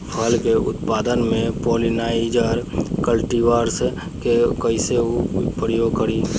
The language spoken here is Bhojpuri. फल के उत्पादन मे पॉलिनाइजर कल्टीवर्स के कइसे प्रयोग करी?